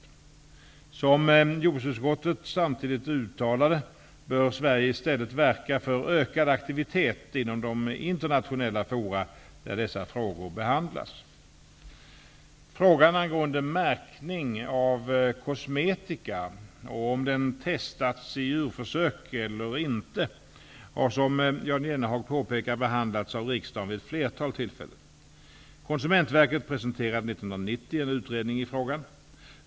Som jordbruksutskottet samtidigt uttalade bör Sverige i stället verka för ökad aktivitet inom de internationella fora där dessa frågor behandlas. Frågan angående märkning av kosmetika och om den testats i djurförsök eller inte har, som Jan Jennehag påpekar, behandlats av riksdagen vid ett flertal tillfällen. Konsumentverket presenterade 1990 en utredning i frågan.